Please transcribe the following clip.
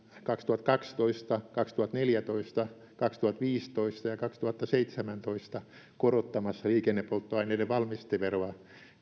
kaksituhattakaksitoista kaksituhattaneljätoista kaksituhattaviisitoista ja kaksituhattaseitsemäntoista korottamassa liikennepolttoaineiden valmisteveroa